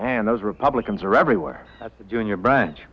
and those republicans are everywhere as a junior branch